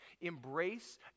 embrace